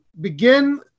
begin